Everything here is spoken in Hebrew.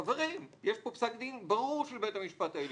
חברים, יש פה פסק דין ברור של בית המשפט העליון.